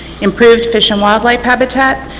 encourage fish and wildlife habitat.